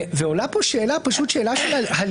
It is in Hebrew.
ועולה פה שאלה של הלימה.